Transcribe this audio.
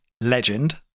Legend